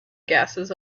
gases